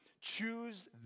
Choose